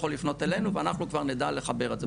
יכול לפנות אלינו ואנחנו כבר נדע לחבר את זה,